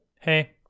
hey